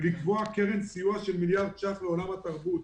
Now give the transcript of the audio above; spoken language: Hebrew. צריך לקבוע קרן סיוע של מיליארד ש"ח לעולם התרבות,